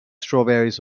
strawberries